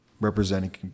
representing